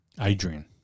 Adrian